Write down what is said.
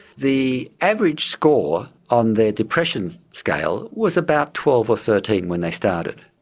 the average score on their depression scale was about twelve or thirteen when they started,